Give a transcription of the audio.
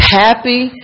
happy